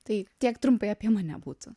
tai tiek trumpai apie mane būtų